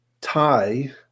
tie